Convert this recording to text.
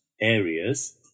areas